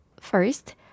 First